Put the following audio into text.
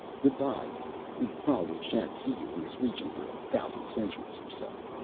good-by we probably sha'n't see you in this region for a thousand centuries or so.